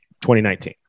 2019